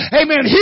amen